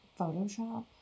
Photoshop